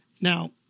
Now